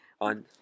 on